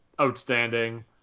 outstanding